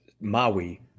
Maui